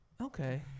Okay